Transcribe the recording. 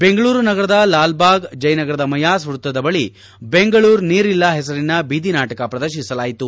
ಬೆಂಗಳೂರು ನಗರದ ಲಾಲ್ ಬಾಗ್ ಜಯನಗರದ ಮೈಯಾಸ್ ವೃತ್ತದ ಬಳಿ ಬೆಂಗಳೂರ್ ನೀರಿಲ್ಲ ಹೆಸರಿನ ಬೀದಿ ನಾಟಕ ಪ್ರದರ್ಶಿಸಲಾಯಿತು